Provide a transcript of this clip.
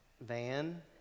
van